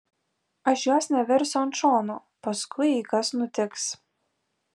aš jos neversiu ant šono paskui jei kas nutiks